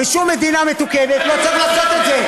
בשום מדינה מתוקנת לא צריך לעשות את זה.